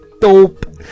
Dope